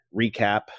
recap